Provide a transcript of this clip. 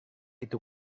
itu